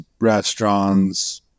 restaurants